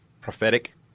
prophetic